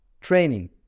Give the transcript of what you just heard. training